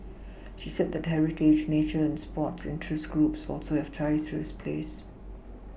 she said that heritage nature and sports interest groups also have ties to the place